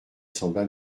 semblent